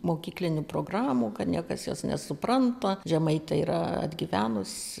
mokyklinių programų kad niekas jos nesupranta žemaitė yra atgyvenusi